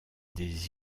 des